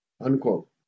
unquote